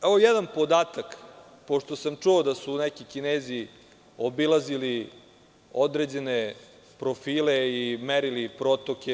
Evo jedan podatak, pošto sam čuo da su neki Kinezi obilazili određene profile i merili protoke.